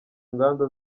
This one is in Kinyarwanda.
nganda